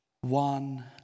one